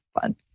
fun